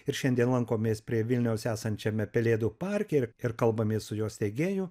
ir šiandien lankomės prie vilniaus esančiame pelėdų parke ir ir kalbamės su jo segėju